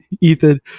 ethan